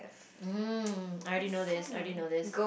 mm I already know this I already know this